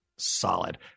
Solid